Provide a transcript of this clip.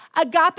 agape